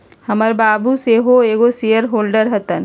हमर बाबू सेहो एगो शेयर होल्डर हतन